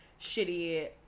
shitty